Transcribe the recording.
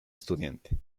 estudiante